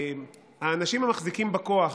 האנשים המחזיקים בכוח